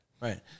Right